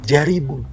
Jaribu